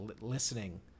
listening